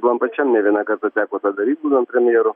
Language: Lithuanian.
man pačiam ne vieną kartą teko tą daryt būnant premjeru